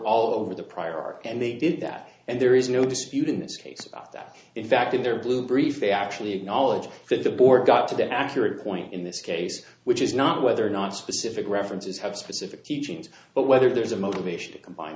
all over the prior art and they did that and there is no dispute in this case that in fact in their blue brief they actually acknowledged that the board got to the accurate point in this case which is not whether or not specific references have specific teachings but whether there's a motivation to combine